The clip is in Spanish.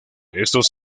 estos